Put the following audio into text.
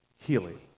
healing